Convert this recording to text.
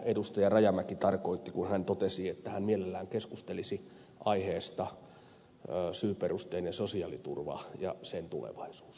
rajamäki tarkoitti kun hän totesi että hän mielellään keskustelisi aiheesta syyperusteinen sosiaaliturva ja sen tulevaisuus